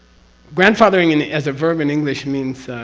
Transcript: grandfathering and as a verb in english means.